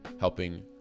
helping